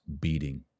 beating